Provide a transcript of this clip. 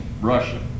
Russia